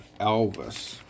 elvis